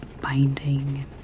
binding